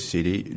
City